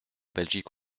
belgique